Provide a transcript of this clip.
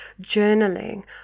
journaling